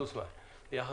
זוסמן.